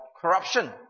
corruption